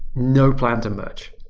no plan to merge.